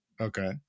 Okay